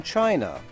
China